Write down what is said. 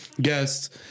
guest